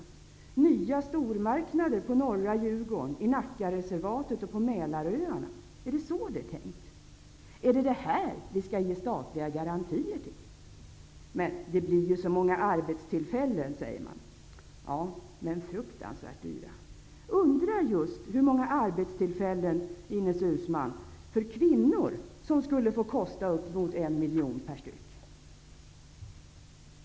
Handlar det om nya stormarknader på norra Djurgården, i Nackareservatet och på Mälaröarna? Är det så det är tänkt? Är det för det här som vi skall ge statliga garantier? Det blir ju så många arbetstillfällen, säger man. Ja, men fruktansvärt dyra. Undrar just, Ines Uusmann, hur många arbetstillfällen för kvinnor som skulle få kosta uppemot 1 miljon per styck.